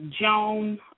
Joan